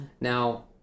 Now